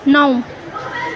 नौ